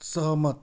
सहमत